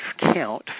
count